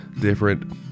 different